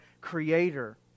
creator